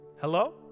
Hello